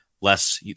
less